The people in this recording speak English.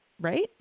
right